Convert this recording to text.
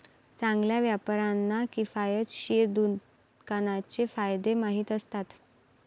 चांगल्या व्यापाऱ्यांना किफायतशीर दुकानाचे फायदे माहीत असतात